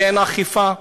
ואין אכיפה,